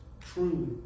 truly